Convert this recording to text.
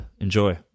Enjoy